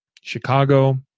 Chicago